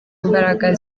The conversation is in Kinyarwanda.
imbaraga